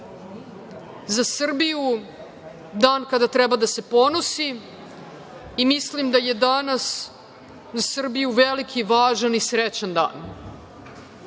za Srbiju dan kada treba da se ponosi i mislim da je danas za Srbiju veliki, važan i srećan dan.